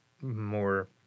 more